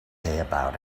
about